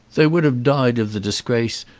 they would have died of the disgrace,